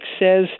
says